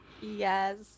yes